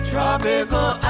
Tropical